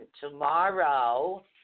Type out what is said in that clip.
tomorrow